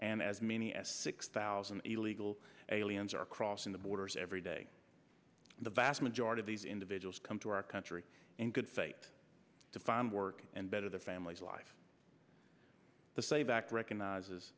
and as many as six thousand illegal aliens are crossing the borders every day the vast majority of these individuals come to our country in good faith to find work and better the families live the same back recognizes